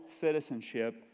citizenship